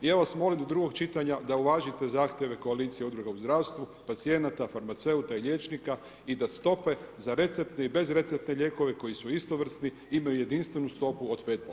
Ja vas molim do drugog čitanja da uvažite zahtjeve koalicije udruga u zdravstvu, pacijenata, farmaceuta i liječnika i da stope za receptne i bez receptne lijekove koji su istovrsni imaju jedinstvenu stopu od 5%